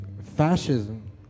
fascism